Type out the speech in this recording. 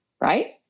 Right